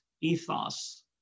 ethos